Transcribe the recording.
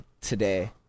today